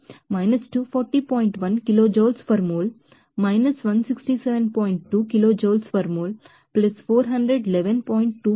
2 kilojoules per mole కు 3